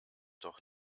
doch